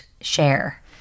share